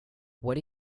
what